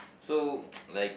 so like